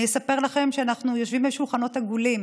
אני אספר לכם שאנחנו יושבים בשולחנות עגולים